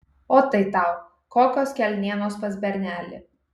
o tai tau kokios kelnienos pas bernelį